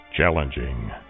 Challenging